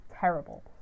terrible